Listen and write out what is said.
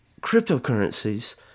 cryptocurrencies